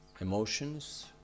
emotions